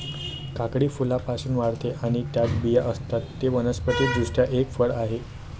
काकडी फुलांपासून वाढते आणि त्यात बिया असतात, ते वनस्पति दृष्ट्या एक फळ आहे